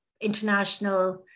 International